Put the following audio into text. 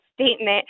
statement